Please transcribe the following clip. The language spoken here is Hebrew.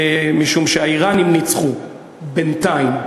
משום שהאיראנים ניצחו בינתיים,